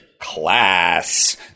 Class